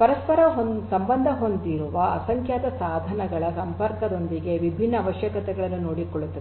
ಪರಸ್ಪರ ಸಂಬಂಧ ಹೊಂದಿರುವ ಅಸಂಖ್ಯಾತ ಸಾಧನಗಳ ಸಂಪರ್ಕದಂತಹ ವಿಭಿನ್ನ ಅವಶ್ಯಕತೆಗಳನ್ನು ನೋಡಿಕೊಳ್ಳುತ್ತದೆ